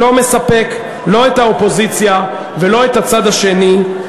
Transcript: לא מספק לא את האופוזיציה ולא את הצד השני.